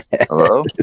Hello